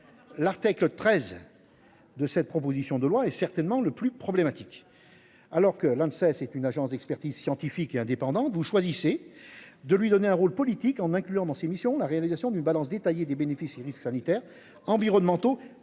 L'Artec le 13. De cette proposition de loi est certainement le plus problématique. Alors que l'Inde c'est c'est une agence d'expertise scientifique indépendante vous choisissez de lui donner un rôle politique en incluant dans ses missions, la réalisation d'une balance détaillé des bénéfices et risques sanitaires, environnementaux